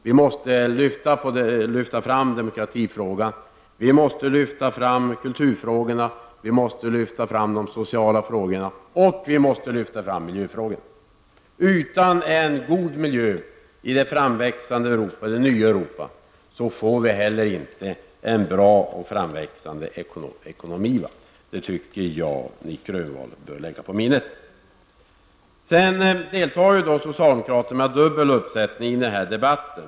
Vi måste lyfta fram demokratifrågorna, kulturfrågorna, de sociala frågorna och miljöfrågorna. Utan en god miljö i det framväxande nya Europa får vi inte heller en bra ekonomi. Det tycker jag Nic Grönvall bör lägga på minnet. Socialdemokraterna deltar med en dubbel uppsättning i denna debatt.